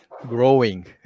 growing